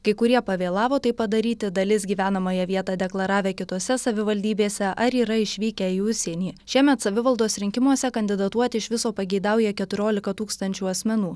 kai kurie pavėlavo tai padaryti dalis gyvenamąją vietą deklaravę kitose savivaldybėse ar yra išvykę į užsienį šiemet savivaldos rinkimuose kandidatuoti iš viso pageidauja keturiolika tūkstančių asmenų